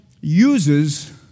uses